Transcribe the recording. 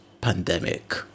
pandemic